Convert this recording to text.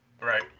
Right